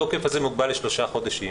התוקף הזה מוגבל לשלושה חודשים.